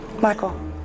Michael